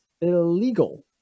illegal